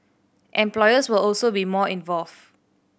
employers will also be more involved